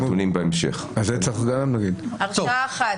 הרשעה אחת.